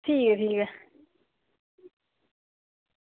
ठीक ऐ ठीक ऐ